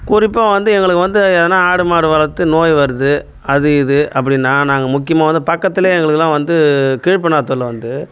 குறிப்பாக வந்து எங்களுக்கு வந்து எதனா ஆடு மாடு வளர்த்து நோய் வருது அது இது அப்படின்னா நாங்கள் முக்கியமாக வந்து பக்கத்திலயே எங்களுக்கெல்லாம் வந்து கீழ் பெண்ணாத்தூரில் வந்து